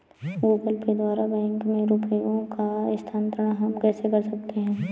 Google Pay द्वारा bank में रुपयों का स्थानांतरण हम कैसे कर सकते हैं?